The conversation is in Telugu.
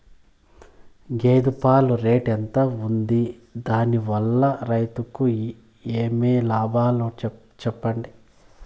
గేదె పాలు రేటు ఎంత వుంది? దాని వల్ల రైతుకు ఏమేం లాభాలు సెప్పండి?